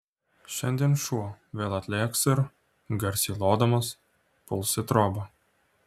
šiandien šuo vėl atlėks ir garsiai lodamas puls į trobą